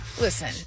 Listen